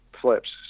flips